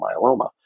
myeloma